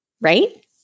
Right